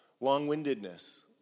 Long-windedness